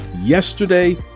yesterday